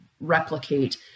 replicate